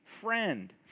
friend